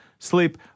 sleep